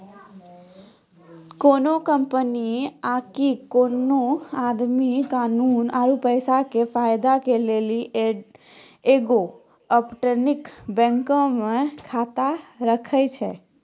कोनो कंपनी आकि कोनो आदमी कानूनी आरु पैसा के फायदा के लेली एगो अपतटीय बैंको मे खाता राखै छै